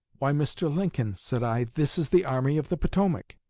why, mr. lincoln said i, this is the army of the potomac